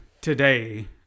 today